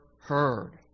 heard